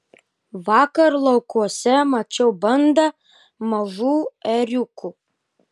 vakar laukuose mačiau bandą mažų ėriukų